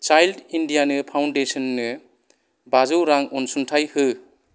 child India फाउन्डेसननो बाजौ रां अनसुंथाइ हो